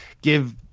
give